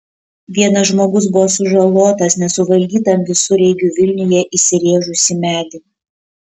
vienas žmogus buvo sužalotas nesuvaldytam visureigiui vilniuje įsirėžus į medį